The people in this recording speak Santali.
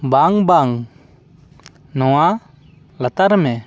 ᱵᱟᱝ ᱵᱟᱝ ᱱᱚᱣᱟ ᱞᱟᱛᱟᱨ ᱢᱮ